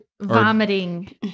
Vomiting